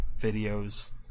videos